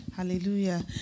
Hallelujah